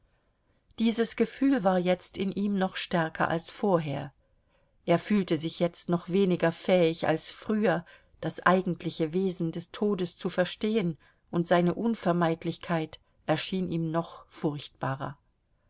dieses gefühl war jetzt in ihm noch stärker als vorher er fühlte sich jetzt noch weniger fähig als früher das eigentliche wesen des todes zu verstehen und seine unvermeidlichkeit erschien ihm noch furchtbarer